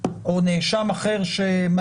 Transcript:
נכון.